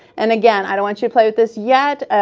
and again, i don't want you to play with this yet,